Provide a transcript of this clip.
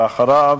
ואחריו,